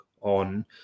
on